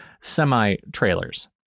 semi-trailers